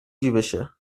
جیبشه